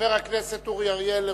חבר הכנסת אורי אריאל,